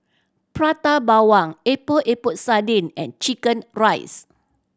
Prata Bawang Epok Epok Sardin and chicken rice